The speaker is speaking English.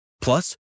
Plus